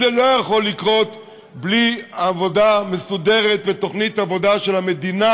זה לא יכול לקרות בלי עבודה מסודרת ותוכנית עבודה של המדינה,